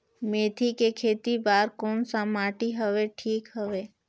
मेथी के खेती बार कोन सा माटी हवे ठीक हवे?